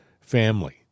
family